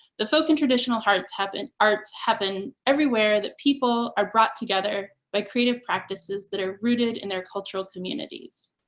the folk and traditional arts happen arts happen everywhere that people are brought together by creative practices that are rooted in their cultural communities.